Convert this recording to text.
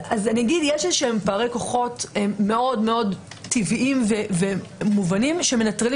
יש פערי כוחות מאוד טבעיים ומובנים שמנטרלים